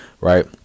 right